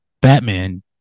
Batman